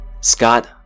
Scott